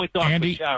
Andy